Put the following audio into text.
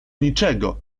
niczego